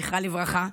זכרה לברכה,